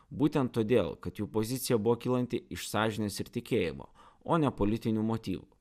būtent todėl kad jų pozicija buvo kylanti iš sąžinės ir tikėjimo o ne politinių motyvų